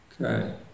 Okay